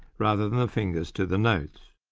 rather than the fingers to the notes.